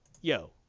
Yo